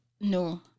No